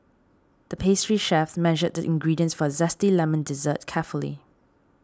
the pastry chef measured the ingredients for a Zesty Lemon Dessert carefully